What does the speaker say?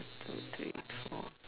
two three four